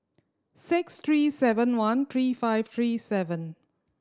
six three seven one three five three seven